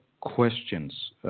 questions